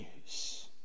news